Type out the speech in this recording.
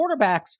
quarterbacks